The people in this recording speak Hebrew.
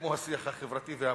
כמו השיח החברתי והפוליטי,